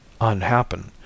Unhappen